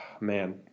man